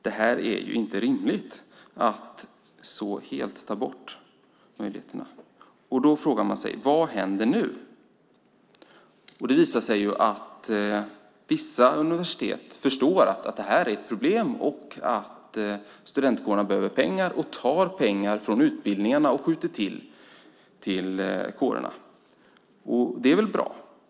Det är inte rimligt att så helt ta bort möjligheterna. Då frågar man sig: Vad händer nu? Det visar sig att vissa universitet förstår att det här är ett problem och att studentkårerna behöver pengar. Man skjuter då till pengar till kårerna från utbildningarna. Det är väl bra.